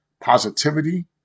positivity